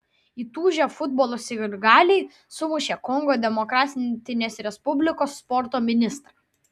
įtūžę futbolo sirgaliai sumušė kongo demokratinės respublikos sporto ministrą